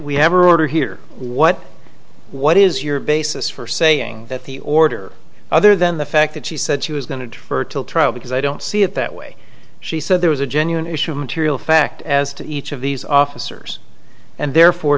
or order here what what is your basis for saying that the order other than the fact that she said she was going to her till trial because i don't see it that way she said there was a genuine issue of material fact as to each of these officers and therefore